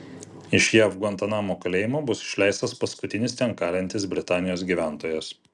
iš jav gvantanamo kalėjimo bus išleistas paskutinis ten kalintis britanijos gyventojas